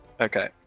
Okay